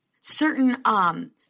certain